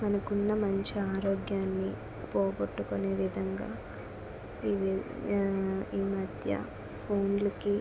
అనుకున్న మంచి ఆరోగ్యాన్ని పోగొట్టుకునే విధంగా ఈ మధ్య ఫోన్లకి